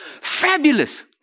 Fabulous